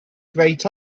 great